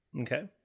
okay